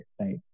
right